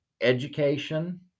education